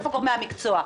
איפה גורמי המקצוע.